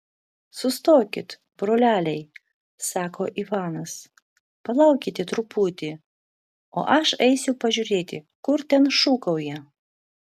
sustokit broleliai sako ivanas palaukite truputį o aš eisiu pažiūrėti kur ten šūkauja